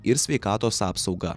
ir sveikatos apsaugą